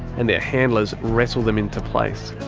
and their handlers wrestle them into place.